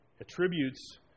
attributes